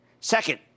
Second